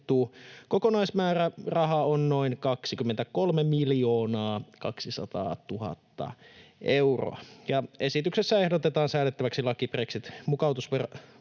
kokonaismääräraha on noin 23 200 000 euroa. Esityksessä ehdotetaan säädettäväksi laki brexit-mukautusvarauksen